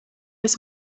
esi